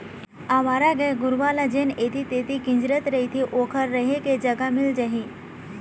अवारा गाय गरूवा ल जेन ऐती तेती किंजरत रथें ओखर रेहे के जगा मिल जाही